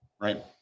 right